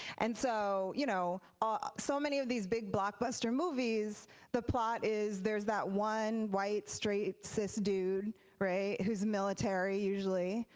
and so you know ah so many of these big blockbuster movies the plot is there's that one white, straight, cis dude who's military usually,